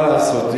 מה לעשות?